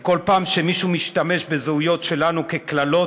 כי בכל פעם שמישהו משתמש בזהויות שלנו כקללות,